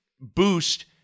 boost